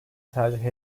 tercih